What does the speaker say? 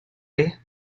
ready